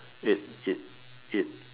it it it